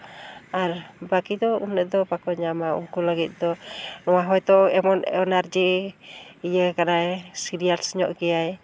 ᱟᱨ ᱵᱟᱹᱠᱤ ᱫᱚ ᱩᱱᱟᱹᱜ ᱫᱚ ᱵᱟᱠᱚ ᱧᱟᱢᱟ ᱩᱱᱠᱩ ᱞᱟᱹᱜᱤᱫ ᱫᱚ ᱱᱚᱣᱟ ᱦᱚᱭᱛᱳ ᱮᱢᱚᱱ ᱮᱱᱟᱨᱡᱤ ᱤᱭᱟᱹ ᱠᱟᱱᱟᱭ ᱥᱤᱨᱤᱭᱟᱥ ᱧᱚᱜ ᱜᱮᱭᱟᱭ